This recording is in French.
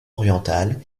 oriental